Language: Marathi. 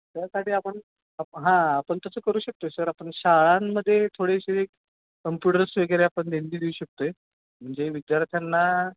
त्यासाठी आपण हां आपण तसं करू शकतो आहे सर आपण शाळांमध्ये थोडेसे कम्प्युटर्स वगैरे आपण देणगी देऊ शकतो आहे म्हणजे विद्यार्थ्यांना